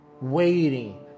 waiting